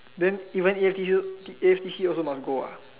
then even A_F_T_C A_F_T_C also must go ah